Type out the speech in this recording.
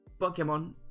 Pokemon